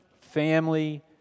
family